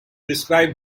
describe